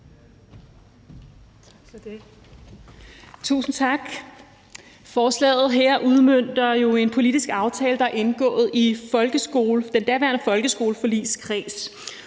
Tusind tak. Forslaget her udmønter jo en politisk aftale, der er indgået i den daværende folkeskoleforligskreds.